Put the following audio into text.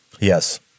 Yes